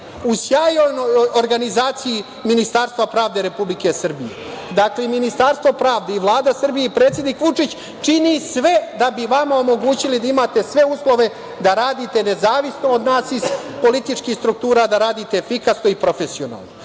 u sjajnoj organizaciji Ministarstva pravde Republike Srbije. Dakle, Ministarstvo pravde i Vlada Srbije i predsednik Vučić čine sve da bi vama omogućili da imate sve uslove da radite nezavisno od nas iz političkih struktura, da radite efikasno i profesionalno.